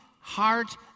heart